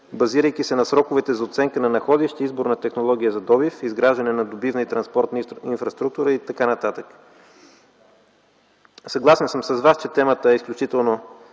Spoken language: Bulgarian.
базирайки се на сроковете за оценка на находище, избор на технология за добив, изграждане на добивна и транспортна инфраструктура и т.н. Съгласен съм с Вас, че темата е изключително